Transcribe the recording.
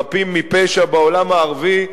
חפים מפשע בעולם הערבי,